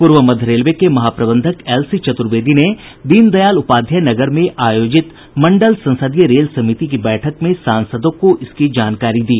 पूर्व मध्य रेलवे के महाप्रबंधक एलसी चतुर्वेदी ने दीनदयाल उपाध्याय नगर में आयोजित मंडल संसदीय रेल समिति की बैठक में सांसदों को इसकी जानकारी दी